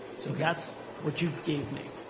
so that's what you gave me.